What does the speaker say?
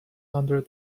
under